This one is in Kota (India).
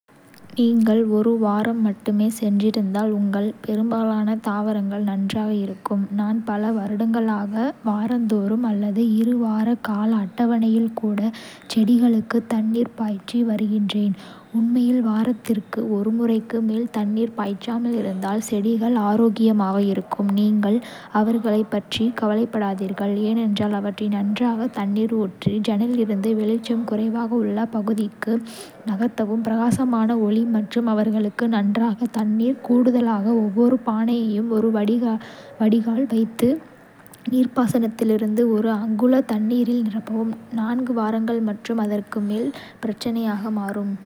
நீங்கள் ஒரு வாரம் மட்டுமே சென்றிருந்தால், உங்கள் பெரும்பாலான தாவரங்கள் நன்றாக இருக்கும். நான் பல வருடங்களாக வாரந்தோறும், அல்லது இரு வார கால அட்டவணையில் கூட செடிகளுக்கு தண்ணீர் பாய்ச்சி வருகிறேன் - உண்மையில் வாரத்திற்கு ஒரு முறைக்கு மேல் தண்ணீர் பாய்ச்சாமல் இருந்தால் செடிகள் ஆரோக்கியமாக இருக்கும். நீங்கள் அவர்களைப் பற்றி கவலைப்படுகிறீர்கள் என்றால், அவற்றை நன்றாக தண்ணீர் ஊற்றி, ஜன்னலில் இருந்து வெளிச்சம் குறைவாக உள்ள பகுதிக்கு நகர்த்தவும் பிரகாசமான ஒளி மற்றும் அவர்களுக்கு நன்றாக தண்ணீர். கூடுதலாக, ஒவ்வொரு பானையையும் ஒரு வடிகால் வைத்து, நீர்ப்பாசனத்திலிருந்து ஒரு அங்குல தண்ணீரில் நிரப்பவும். நான்கு வாரங்கள் மற்றும் அதற்கு மேல் ஒரு பிரச்சனையாக மாறும்.